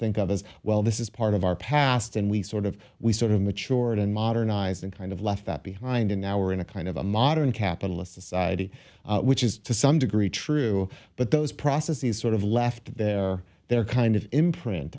think of as well this is part of our past and we sort of we sort of mature and modernized and kind of left that behind and now we're in a kind of a modern capitalist society which is to some degree true but those processes sort of left there they're kind of imprint